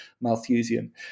Malthusian